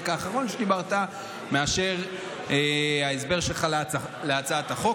האחרון שדיברת מאשר ההסבר שלך להצעת החוק.